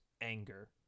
anger